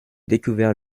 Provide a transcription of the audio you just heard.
découvert